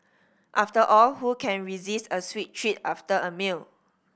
after all who can resist a sweet treat after a meal